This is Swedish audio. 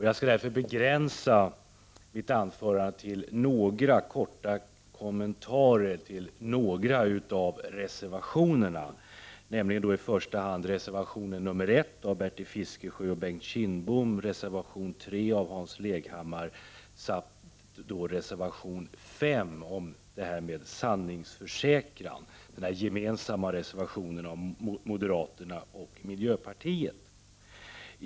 Jag skall därför begränsa mitt anförande till några korta kommentarer till en del av reservationerna, i första hand reservation 1 av Bertil Fiskesjö och Bengt Kindbom, reservation 3 av Hans Leghammar och reservation 5 om sanningsförsäkran, som är gemensam för moderaterna och miljöpartiet.